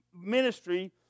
ministry